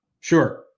sure